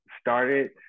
started